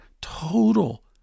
total